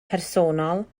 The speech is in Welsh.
personol